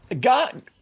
God